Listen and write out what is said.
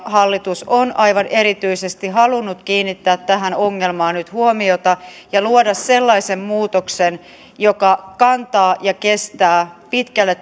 hallitus on aivan erityisesti halunnut kiinnittää tähän ongelmaan nyt huomiota ja luoda sellaisen muutoksen joka kantaa ja kestää pitkälle